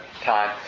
time